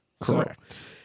correct